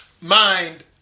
mind